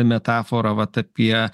metaforą vat apie